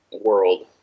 world